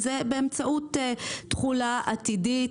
זה באמצעות תחולה עתידית,